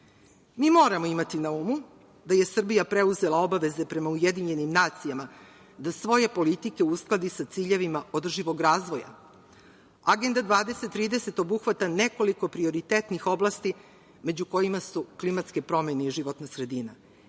moramo imati na umu da je Srbija preuzela obaveze prema UN da svoje politike uskladi sa ciljevima održivog razvoja. Agenda 20-30 obuhvata nekoliko prioritetnih oblasti, među kojima su klimatske promene i životna sredina.